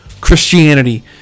Christianity